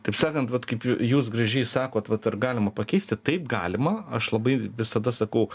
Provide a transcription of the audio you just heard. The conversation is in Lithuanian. taip sakant vat kaip jūs gražiai sakot vat ar galima pakeisti taip galima aš labai visada sakau